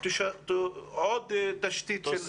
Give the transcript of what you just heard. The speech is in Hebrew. עוד תשתיות.